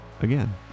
again